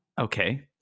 Okay